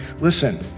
listen